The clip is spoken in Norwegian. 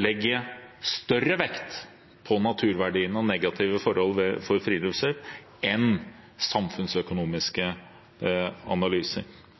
legge større vekt på naturverdiene og negative forhold for friluftsliv enn på samfunnsøkonomiske